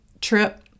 trip